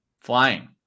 flying